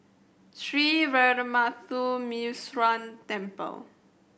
Sree Veeramuthu Muneeswaran Temple